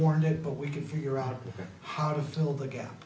worn it but we can figure out how to fill the gap